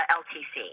ltc